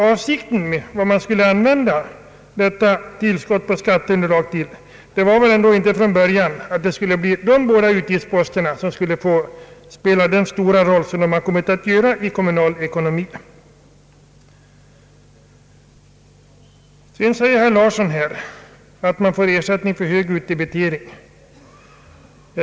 Avsikten med skatteutjämningen var väl dock inte från början att dessa pengar enbart skulle gå till dessa båda poster som nu kommit att spela en så stor roll i den kommunala ekonomin. Herr Lars Larsson säger att kommunerna får ersättning för hög utdebitering.